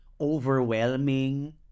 overwhelming